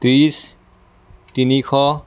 ত্ৰিশ তিনিশ